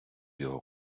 його